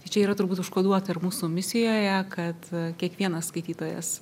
tai čia yra turbūt užkoduota ir mūsų misijoje kad kiekvienas skaitytojas